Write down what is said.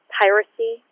piracy